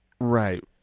Right